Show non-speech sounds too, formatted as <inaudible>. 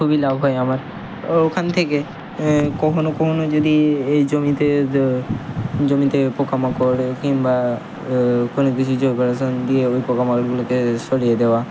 খুবই লাভ হয় আমার ও ওখান থেকে কখনও কখনও যদি এই জমিতে দ জমিতে পোকা মাকড় কিংবা কোনো কিছু <unintelligible> দিয়ে ওই পোকা মাকড়গুলোকে সরিয়ে দেওয়া